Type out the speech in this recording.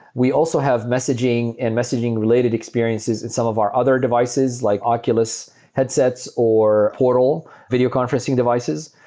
we also have messaging and messaging-related experiences in some of our other devices like oculus headsets or portal videoconferencing devices.